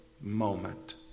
moment